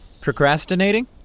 Procrastinating